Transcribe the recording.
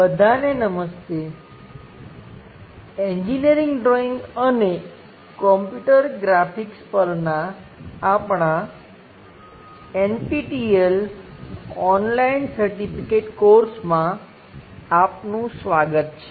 બધાને નમસ્તે engineering drawing અને computer graphics Engineering Drawing Computer Graphics પરના આપણાં NPTEL ઓનલાઈન સર્ટિફિકેટ કોર્સમાં આપનું સ્વાગત છે